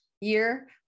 year